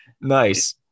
Nice